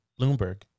Bloomberg